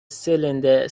cylinder